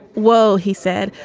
well, he said,